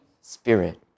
Spirit